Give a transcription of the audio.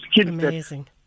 Amazing